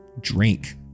Drink